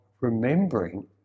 remembering